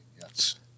Yes